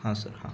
हां सर हां